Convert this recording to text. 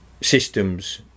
systems